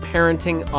Parenting